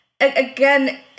again